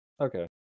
Okay